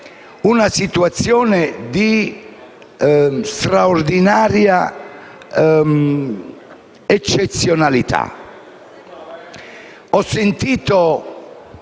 una situazione di straordinaria eccezionalità.